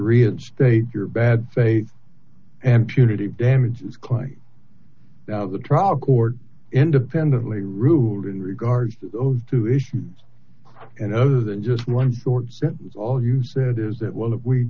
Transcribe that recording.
reinstate your bad faith and punitive damages claim the trial court independently ruled in regards to those two issues and other than just one short sentence all you said is that well if we